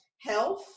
health